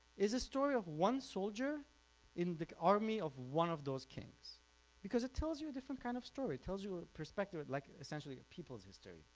is a story of one soldier in the army of one of those kings because it tells you a different kind of story. it tells you a perspective, like essentially a people's history,